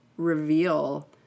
reveal